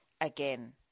again